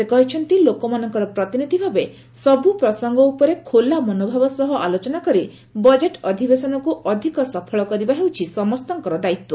ସେ କହିଛନ୍ତି ଲୋକମାନଙ୍କର ପ୍ରତିନିଧି ଭାବେ ସବ୍ ପ୍ରସଙ୍ଗ ଉପରେ ଖୋଲା ମନୋଭାବ ସହ ଆଲୋଚନା କରି ବଜେଟ୍ ଅଧିବେଶନକ୍ତ ଅଧିକ ସଫଳ କରିବା ହେଉଛି ସମସ୍ତଙ୍କର ଦାୟିତ୍ୱ